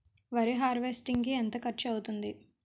వరి హార్వెస్టింగ్ కి ఎంత ఖర్చు అవుతుంది?